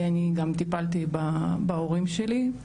אני גם טיפלתי בהורים שלי.